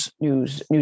news